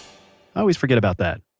always forget about that.